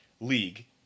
league